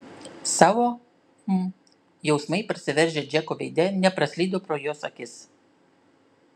savo hm jausmai prasiveržę džeko veide nepraslydo pro jos akis